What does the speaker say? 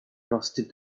frosted